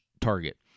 target